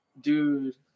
Dude